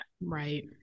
Right